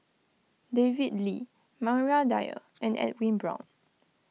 David Lee Maria Dyer and Edwin Brown